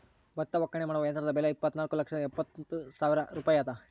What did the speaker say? ಭತ್ತ ಒಕ್ಕಣೆ ಮಾಡುವ ಯಂತ್ರದ ಬೆಲೆ ಇಪ್ಪತ್ತುನಾಲ್ಕು ಲಕ್ಷದ ಎಪ್ಪತ್ತು ಸಾವಿರ ರೂಪಾಯಿ ಅದ